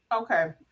Okay